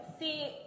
See